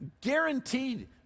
Guaranteed